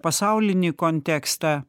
pasaulinį kontekstą